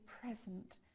present